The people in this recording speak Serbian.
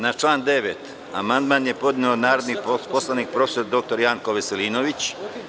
Na član 9. amandman je podneo narodni poslanik prof. dr. Janko Veselinović.